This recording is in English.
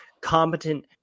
competent